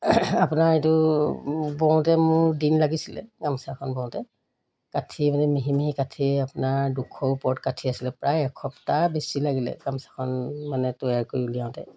আপোনাৰ এইটো বওঁতে মোৰ দিন লাগিছিলে গামোচাখন বওঁতে কাঠি মানে মিহি মিহি কাঠি আপোনাৰ দুশ ওপৰত কাঠি আছিলে প্ৰায় এসপ্তাহ বেছি লাগিলে গামোচাখন মানে তৈয়াৰ কৰি উলিয়াওঁতে